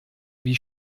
wie